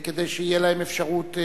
כדי שתהיה להם אפשרות,